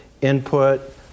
input